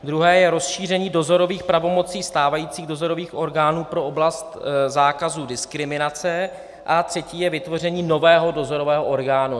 Druhé je rozšíření dozorových pravomocí stávajících dozorových orgánů pro oblast zákazu diskriminace a třetí je vytvoření nového dozorového orgánu.